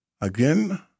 Again